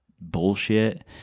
bullshit